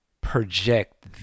project